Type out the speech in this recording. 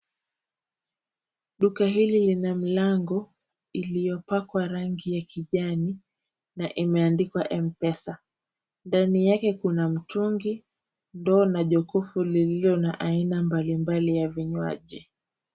Duka hili lina mlango iliopakwa rangi ya kijani na imeandikwa m-pesa. Ndani yake kuna mtungi, ndoo na jokofu lililo na aina mbalimbali ya vinywaji.